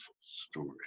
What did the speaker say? story